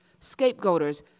scapegoaters